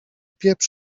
pieprz